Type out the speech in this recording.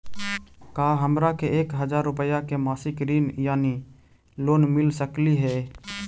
का हमरा के एक हजार रुपया के मासिक ऋण यानी लोन मिल सकली हे?